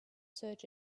search